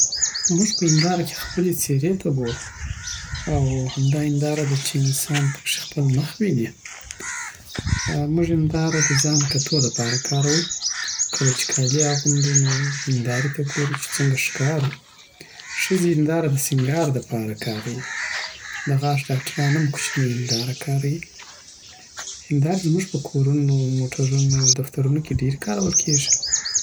موږ په هنداره کی خپلی څیری ته ګورو او همدا هنداره ده چی انسان پکښې خپل مخ ویني. موږ هنداره د ځان کتو د پاره کاروو. کله چی کالی اغوندو، نو هندارې ته ګورو چی څنګه ښکارو ښځی هنداره د سینګار دپاهر کاروي. د عاښ ډاکټران هم کوچنۍ هندارې کاروي. هندارې زموږ په کورونو، موټرو او دفترونو کې ډېر کارول کېږي.